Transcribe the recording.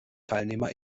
teilnehmer